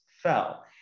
fell